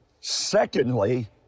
Secondly